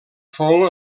fou